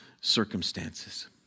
circumstances